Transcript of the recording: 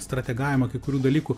strategavimą kai kurių dalykų